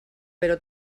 però